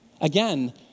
Again